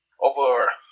over